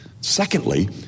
Secondly